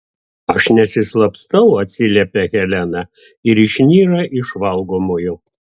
aš nesislapstau atsiliepia helena ir išnyra iš valgomojo